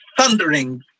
thundering